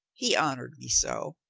he honored me so.